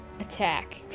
attack